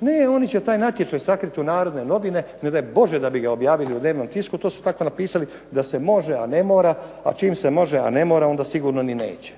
Ne, oni će taj natječaj sakriti u "Narodne novine", ne daj Bože da bi ga objavili u dnevnom tisku, to su tako napisali da se može a ne mora, a čim se može a ne mora, onda sigurno ni neće.